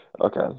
Okay